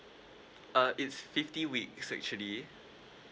uh it's fifty weeks actually